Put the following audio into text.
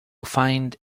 find